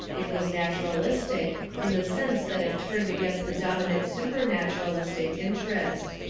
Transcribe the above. it was naturalistic, in the sense that it turned against the dominant supernaturalistic interest.